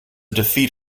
defeat